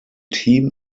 team